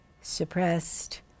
suppressed